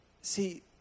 See